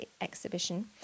exhibition